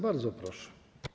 Bardzo proszę.